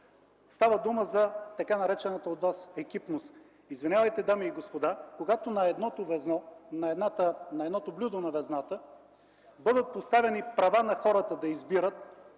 Става дума за така наречената екипност. Извинявайте, дами и господа, когато на едното блюдо на везната бъдат поставени права на хората да избират